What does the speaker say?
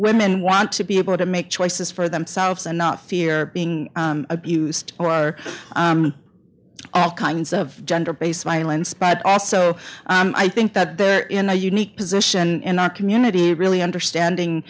women want to be able to make choices for themselves and not fear being abused or all kinds of gender based violence but also i think that they're in a unique position in our community really understanding